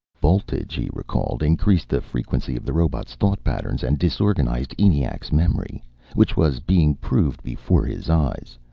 voltage, he recalled, increased the frequency of the robot's thought-patterns and disorganized eniac's memory which was being proved before his eyes.